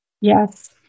Yes